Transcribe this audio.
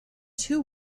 two